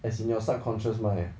as in your subconscious mind ah